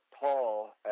Paul